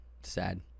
sad